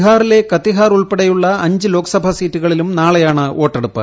ബീഹാറിലെ കതിഹാർ ഉൾപ്പെടെയുള്ള അഞ്ച് ലോക്സഭാ സീറ്റുകളിലും നാളെയാണ് വോട്ടെടുപ്പ്